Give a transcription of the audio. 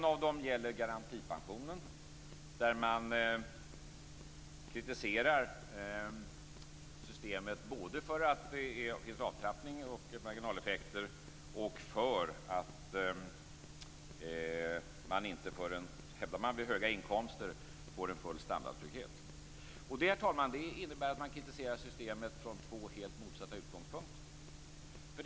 En av dem gäller garantipensionen, som kritiseras både för att det finns en avtrappning och marginaleffekter och för att man inte, som det hävdas, förrän vid höga inkomster får en full standardtrygghet. Herr talman! Detta innebär att man kritiserar systemet från två helt motsatta utgångspunkter.